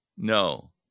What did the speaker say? No